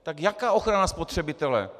Tak jaká ochrana spotřebitele?